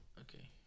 Okay